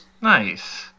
Nice